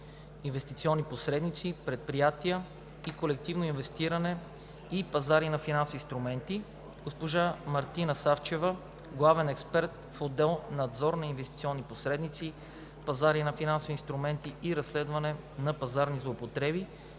„Инвестиционни посредници, предприятия за колективно инвестиране и пазари на финансови инструменти“, госпожа Мартина Савчева – главен експерт в отдел „Надзор на инвестиционни посредници, пазари на финансови инструменти и разследване на пазарни злоупотреби“,